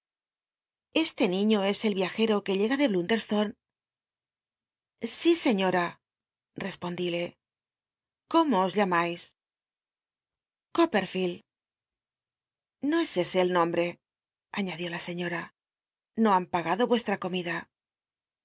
este niiío es el y iajcro que llega de jl lundcrstone sí scííora rcspondilc cómo os llamais coppcdield biblioteca nacional de españa da vid copperfield xo es ese el nombre aiíadió la señora no han pagado ucslm comida